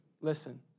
listen